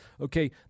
Okay